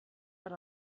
per